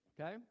Okay